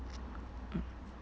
mm